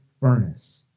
furnace